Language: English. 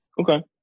Okay